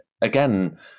again